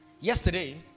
Yesterday